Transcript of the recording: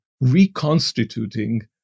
reconstituting